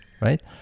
right